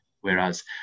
whereas